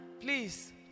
please